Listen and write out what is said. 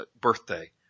birthday